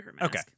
okay